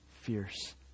fierce